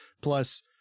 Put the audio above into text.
plus